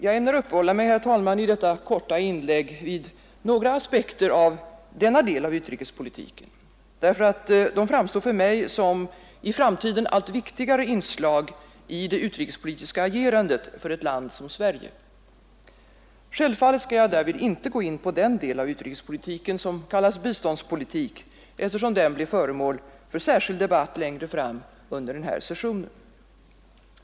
Jag ämnar, herr talman, i detta korta inlägg uppehålla mig vid några aspekter av denna del av utrikespolitiken därför att de framstår för mig som i framtiden allt viktigare inslag i det utrikespolitiska agerandet för ett land som Sverige. Självfallet skall jag därvid inte gå in på den del av utrikespolitiken som kallas biståndspolitik, eftersom den blir föremål för särskild debatt längre fram under denna session.